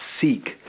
seek